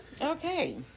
okay